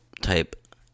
type